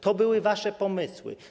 To były wasze pomysły.